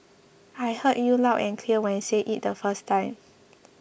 I heard you loud and clear when you said it the first time